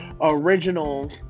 original